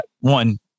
one